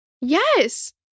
Yes